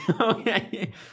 okay